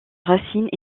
racines